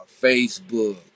Facebook